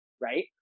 right